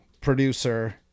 producer